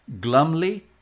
glumly